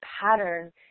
pattern